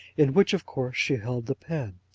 in which, of course, she held the pen.